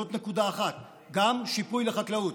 זאת נקודה אחת, גם שיפוי לחקלאות.